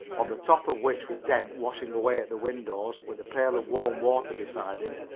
on the top of which was dent washing away at the windows, with the pail of warm water beside him,